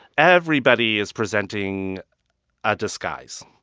everybody is presenting a disguise.